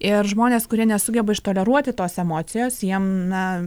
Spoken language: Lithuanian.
ir žmonės kurie nesugeba ištoleruoti tos emocijos jiem na